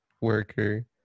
worker